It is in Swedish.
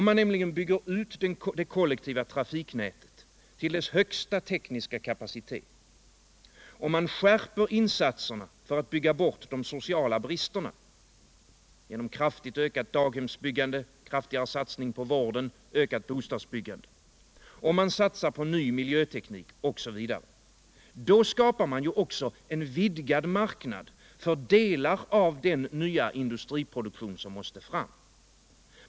Om man nämligen bygger ut det kollektiva trafiknätet till dess högsta tekniska kapacitet, om man skärper insatserna för att bygga bort de sociala bristerna genom kraftigt ökat daghemsbyggande, kraftigare satsning på vården, ökat bostadsbyggande, om man satsar på ny miljöteknik osv. — då skapar man ju också en vidgad marknad för delar av den nya industriproduktion som måste fram.